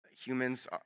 humans